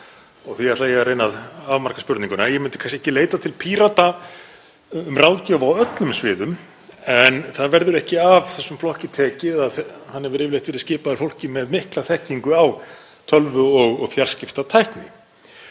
og því ætla ég að reyna að afmarka spurninguna. Ég myndi kannski ekki leita til Pírata um ráðgjöf á öllum sviðum en það verður ekki af þessum flokki tekið að hann hefur yfirleitt verið skipaður fólki með mikla þekkingu á tölvu- og fjarskiptatækni